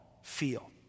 feel